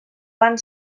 van